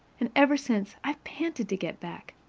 and ever since, i've panted to get back.